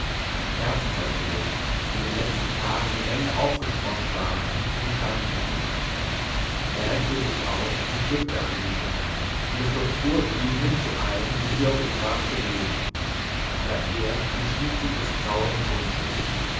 herbstzeitlosen die in den letzten tagen in menge aufgesproßt waren umstanden ihn er reckte sich aus und pflückte einige und es durchfuhr ihn hinzueilen und sie auf ihr grab zu legen aber er entschlug sich des traurigen wunsches